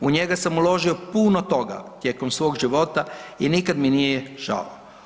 U njega sam uložio puno toga tijekom svog života i nikad mi nije žao.